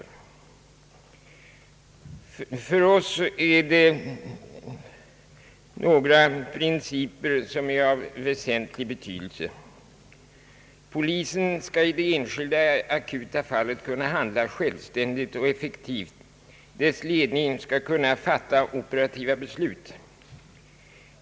För oss är det några principer som har väsentlig betydelse. Polisen skall i det enskilda akuta fallet kunna handla självständigt och effektivt. Dess ledning skall kunna fatta operativa beslut.